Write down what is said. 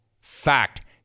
Fact